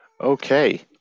Okay